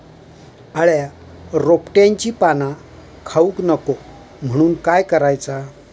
अळ्या रोपट्यांची पाना खाऊक नको म्हणून काय करायचा?